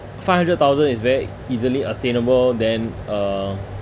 five hundred thousand is very easily attainable then uh